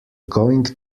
going